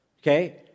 okay